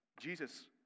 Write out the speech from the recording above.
Jesus